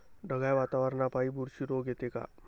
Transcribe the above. ढगाळ वातावरनापाई बुरशी रोग येते का?